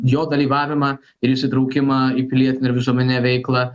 jo dalyvavimą ir įsitraukimą į pilietinę ir visuomeninę veiklą